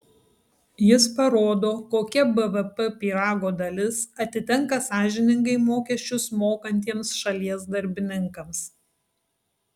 jis parodo kokia bvp pyrago dalis atitenka sąžiningai mokesčius mokantiems šalies darbininkams